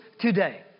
today